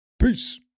Peace